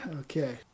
Okay